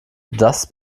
das